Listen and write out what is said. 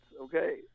okay